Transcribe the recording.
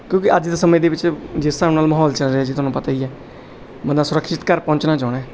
ਕਿਉਂਕਿ ਅੱਜ ਦੇ ਸਮੇਂ ਦੇ ਵਿੱਚ ਜਿਸ ਹਿਸਾਬ ਨਾਲ ਮਾਹੌਲ ਚੱਲ ਰਿਹਾ ਜੀ ਤੁਹਾਨੂੰ ਪਤਾ ਹੀ ਹੈ ਬੰਦਾ ਸੁਰੱਖਸ਼ਿਤ ਘਰ ਪਹੁੰਚਣਾ ਚਾਹੁੰਦਾ